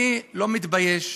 אני לא מתבייש